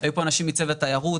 היו פה אנשים מצוות התיירות,